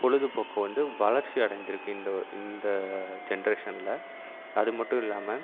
பொழுதுபோக்கு வந்து வளர்ச்சி அடைஞ்சிருக்கு இந்த இந்த ஜென்ரேஷனில் அதுமட்டும் இல்லாமல்